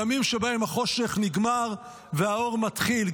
ימים שבהם החושך נגמר והאור מתחיל,